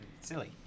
silly